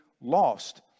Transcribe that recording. lost